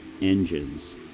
engines